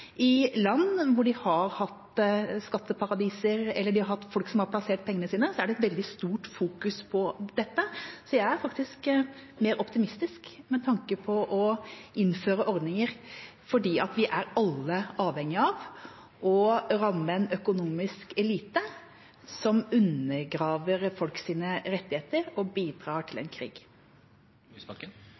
I land hvor de har hatt folk som har plassert pengene sine der, er det veldig stort fokus på dette. Jeg er faktisk mer optimistisk med tanke på å innføre ordninger, fordi vi alle er avhengig av å ramme en økonomisk elite som undergraver folks rettigheter og bidrar til en krig.